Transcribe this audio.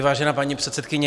Vážená paní předsedkyně.